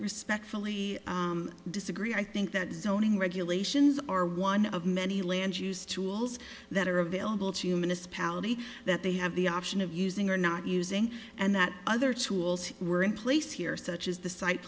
respectfully disagree i think that zoning regulations are one of many land use tools that are available to miss palin that they have the option of using or not using and that other tools were in place here such as the site